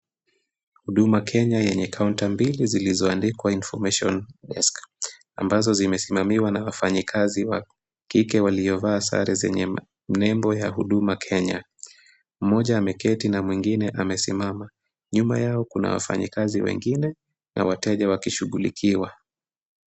Huduma Kenya yenye kaunta mbili zilizoandikwa Information Desk ,ambazo zimesimamiwa na wafanyikazi wa kike waliovaa sare zenye nembo ya huduma Kenya ,mmoja ameketi na mwingine amesimama. Nyuma Yao, kuna wafanyikazi wengine na wateja wakishughulikiwa.